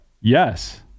yes